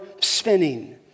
spinning